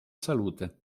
salute